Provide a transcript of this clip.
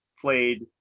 played